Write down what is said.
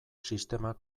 sistemak